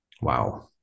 Wow